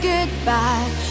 Goodbye